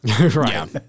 Right